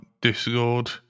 Discord